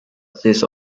this